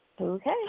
okay